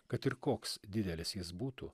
kad ir koks didelis jis būtų